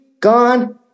gone